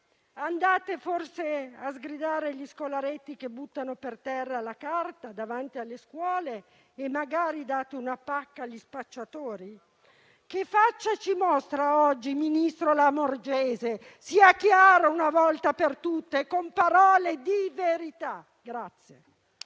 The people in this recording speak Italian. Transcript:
Andate forse a sgridare gli scolaretti che buttano per terra la carta davanti alle scuole e magari date una pacca agli spacciatori? Che faccia ci mostra oggi, ministro Lamorgese? Sia chiara una volta per tutte, con parole di verità.